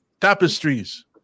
Tapestries